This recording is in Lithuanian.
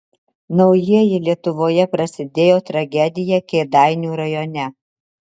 naujieji lietuvoje prasidėjo tragedija kėdainių rajone